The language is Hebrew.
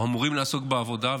או אמורים לעסוק בעבודה,